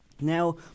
Now